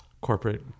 corporate